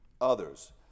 others